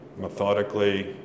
methodically